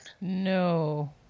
No